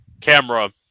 camera